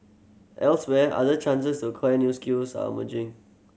elsewhere other chances to acquire new skills are emerging